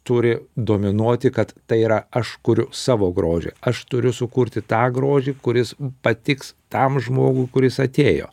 turi dominuoti kad tai yra aš kuriu savo grožį aš turiu sukurti tą grožį kuris patiks tam žmogui kuris atėjo